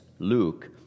Luke